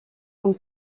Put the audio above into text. comme